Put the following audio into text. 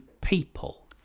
people